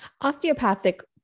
Osteopathic